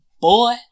boy